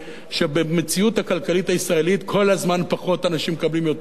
שבמציאות הכלכלית הישראלית כל הזמן פחות אנשים מקבלים יותר,